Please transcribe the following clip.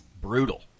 Brutal